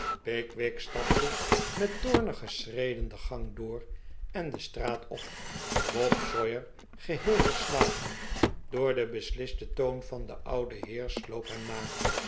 pickwick stapte met toornige schreden de gang door en de straat op bob sawyer geheel verslagen door den beslisten toon van den ouden heer sloop hem na